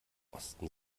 osten